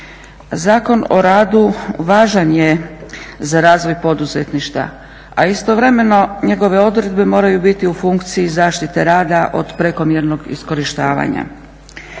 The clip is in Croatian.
Zakon o radu važan je za razvoj poduzetništva, a istovremeno njegove odredbe moraju biti u funkciji zaštite rada od prekomjernog iskorištavanja.